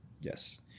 yes